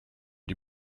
die